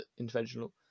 Interventional